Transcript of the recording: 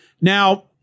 Now